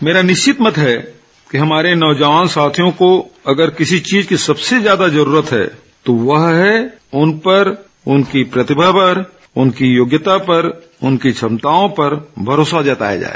मेरा निश्चित मत है कि हमारे नौजवान साथियों को अगर किसी चीज की सबसे ज्यादा जरूरत है तो वह है कि उन पर उनकी प्रतिभा पर उनकी योग्यता पर उनकी क्षमताओं पर भरोसा जताया जाए